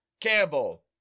Campbell